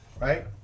right